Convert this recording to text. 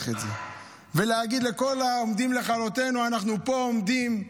את זה ולהגיד לכל העומדים לכלותנו: אנחנו פה עומדים זקופים.